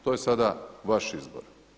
To je sada vaš izbor.